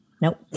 nope